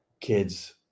kids